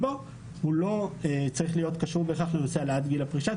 הוא לא צריך להיות קשור בהכרח לנושא העלאת גיל הפרישה.